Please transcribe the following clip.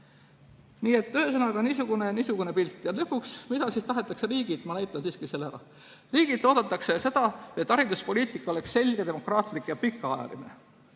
Nii et ühesõnaga niisugune pilt. Lõpuks, mida tahetakse riigilt? Ma näitan siiski selle ära. Riigilt oodatakse seda, et hariduspoliitika oleks selge, demokraatlik ja pikaajaline.